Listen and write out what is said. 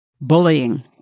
bullying